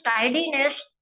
tidiness